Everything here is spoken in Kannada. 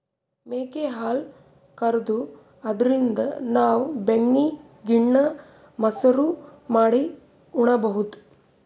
ಮೇಕೆ ಹಾಲ್ ಕರ್ದು ಅದ್ರಿನ್ದ್ ನಾವ್ ಬೆಣ್ಣಿ ಗಿಣ್ಣಾ, ಮಸರು ಮಾಡಿ ಉಣಬಹುದ್